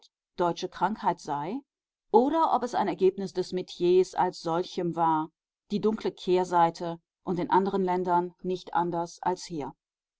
deutsche krankheit sei oder ob es ein ergebnis des metiers als solchem war die dunkle kehrseite und in anderen ländern nicht anders als hier